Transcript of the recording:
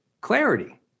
Clarity